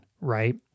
right